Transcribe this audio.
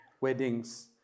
weddings